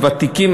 הוותיקים,